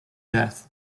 death